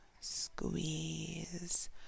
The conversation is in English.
squeeze